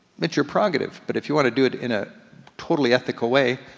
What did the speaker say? it's your prerogative. but if you wanna do it in a totally ethical way,